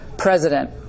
President